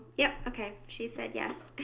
yep, ok, she said, yes.